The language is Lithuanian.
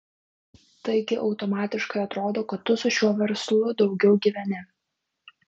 taigi automatiškai atrodo kad tu su šiuo verslu daugiau gyveni